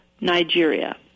Nigeria